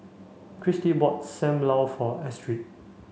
Cristy bought Sam Lau for Astrid